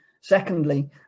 Secondly